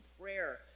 prayer